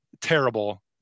terrible